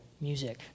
music